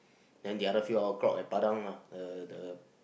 then the other few hour clock at Padang lah the the